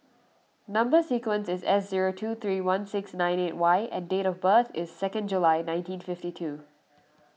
Number Sequence is S zero two three one six nine eight Y and date of birth is second July nineteen fifty two